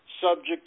subject